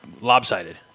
lopsided